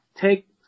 take